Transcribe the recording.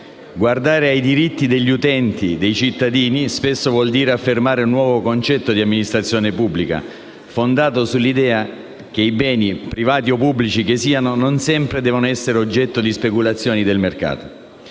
Guardare ai diritti degli utenti, dei cittadini, spesso vuol dire affermare un nuovo concetto di amministrazione pubblica fondato sull'idea che i beni, privati o pubblici che siano, non sempre devono essere oggetto di speculazioni del mercato.